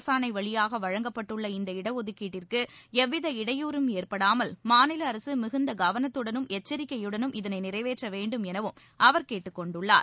அரசாணை வழியாக வழங்கப்பட்டுள்ள இந்த இடஒதுக்கீட்டிற்கு எவ்வித இடையூறும் ஏற்படாமல் மாநில அரசு மிகுந்த கவனத்தட்னும் எச்சிக்கையுடனும் இதனை நிறைவேற்ற வேண்டும் எனவும் அவர் கேட்டுக்கொண்டுள்ளார்